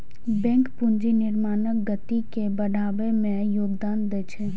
bank पूंजी निर्माणक गति के बढ़बै मे योगदान दै छै